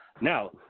Now